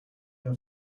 how